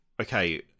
okay